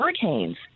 hurricanes